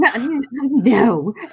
No